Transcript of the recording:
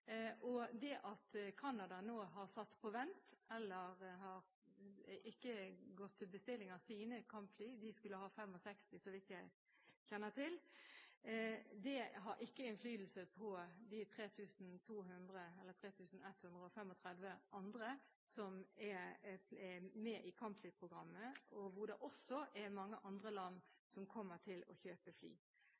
sine kampfly – de skulle ha 65, så vidt jeg kjenner til – har ikke innflytelse på de 3 200, eller 3 135, andre som er med i kampflyprogrammet, hvor det også er mange andre land som kommer til å kjøpe fly.